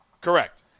Correct